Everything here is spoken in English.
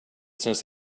since